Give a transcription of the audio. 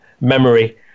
memory